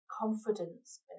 confidence